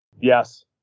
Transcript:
yes